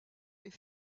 est